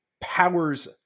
powers